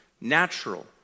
natural